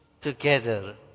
together